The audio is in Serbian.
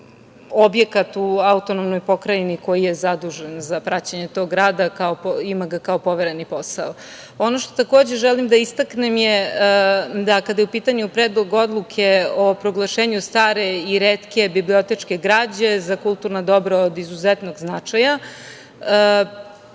objekat u autonomnoj pokrajini koji je zadužen za praćenje tog rada i ima ga kao povereni posao. Ono što takođe želim da istaknem je da kada je u pitanju Predlog odluke o proglašenju stare i retke bibliotečke građe za kulturna dobra od izuzetnog značaja,